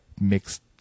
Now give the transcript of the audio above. mixed